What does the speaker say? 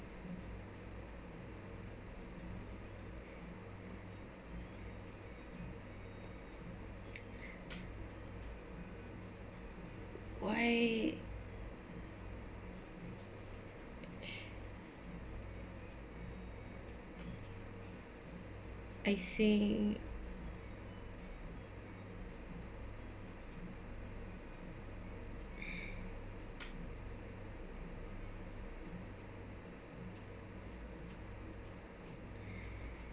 why I see